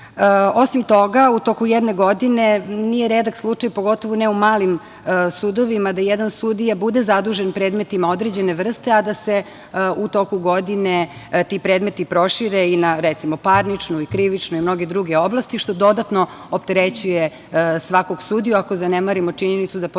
toga, u toku jedne godine nije redak slučaj, pogotovo ne u malim sudovima, da jedan sudija bude zadužen predmetima određene vrste, a da se u toku godine ti predmeti prošire i na, recimo, parničnu, krivičnu i mnoge druge oblasti, što dodatno opterećuje svakog sudiju, ako zanemarimo činjenicu da pored